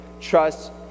trust